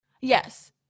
Yes